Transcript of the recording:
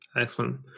Excellent